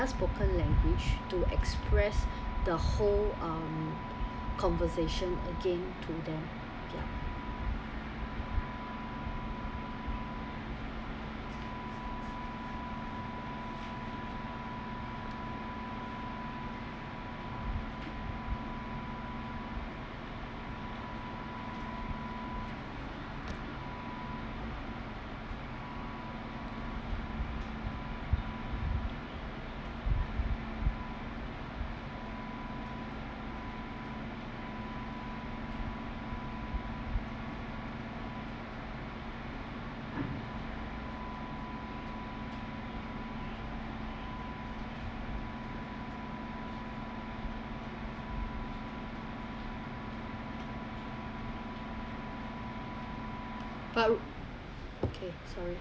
their spoken language to express the whole um conversation again to them ya but okay sorry